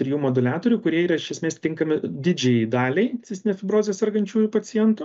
trijų moduliatorių kurie yra iš esmės tinkami didžiajai daliai cistine fibroze sergančiųjų pacientų